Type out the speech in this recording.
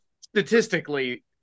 statistically